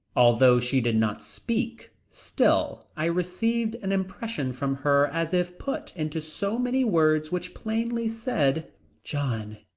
although she did not speak still i received an impression from her as if put into so many words which plainly said john,